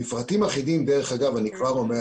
מפרטים אחידים דרך אגב, אני כבר אומר